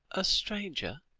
a stranger?